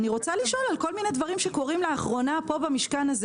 אני רוצה לשאול על כל מיני דברים שקורים לאחרונה כאן במשכן הזה